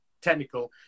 technical